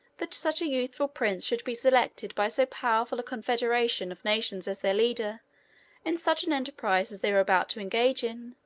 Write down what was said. that such a youthful prince should be selected by so powerful a confederation of nations as their leader in such an enterprise as they were about to engage in,